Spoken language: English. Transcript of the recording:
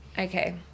Okay